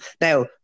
Now